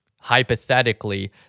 hypothetically